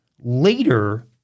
later